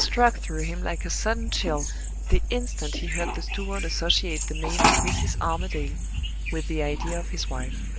had struck through him like a sudden chill the instant he heard the steward associate the name of mrs. armadale with the idea of his wife.